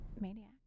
Maniac